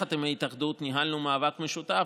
יחד עם ההתאחדות ניהלנו מאבק משותף